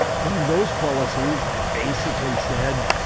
and those policies basically said,